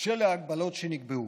של ההגבלות שנקבעו.